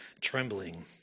trembling